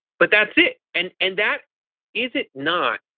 but that's it and and that is it not,